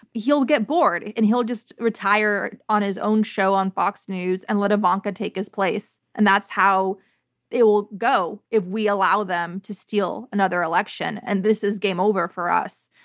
he'll get bored and he'll just retire on his own show on fox news and let ivanka take his place. and that's how it will go if we allow them to steal another election. and this is game over for us.